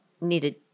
needed